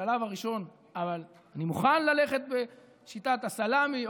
בשלב הראשון אני מוכן ללכת בשיטת הסלמי,